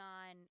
on